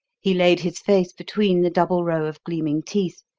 he laid his face between the double row of gleaming teeth,